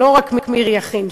לא רק מירי יכין,